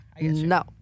no